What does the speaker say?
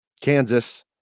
Kansas